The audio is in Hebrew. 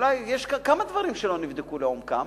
אולי יש כמה דברים שלא נבדקו לעומקם.